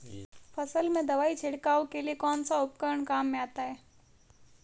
फसल में दवाई छिड़काव के लिए कौनसा उपकरण काम में आता है?